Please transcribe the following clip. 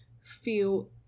feel